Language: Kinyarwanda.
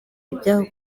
ibyabo